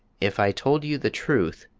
if i told you the truth,